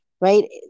Right